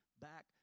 back